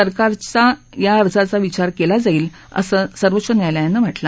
सरकारच्या या अर्जाचा विचार केला जाईल असं सर्वोच्च न्यायालयानं सांगितलं